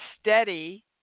steady